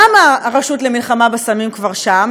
למה הרשות למלחמה בסמים כבר שם?